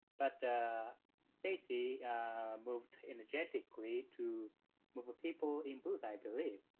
but stacey moved energetically to move people in booth, i believe.